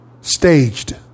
staged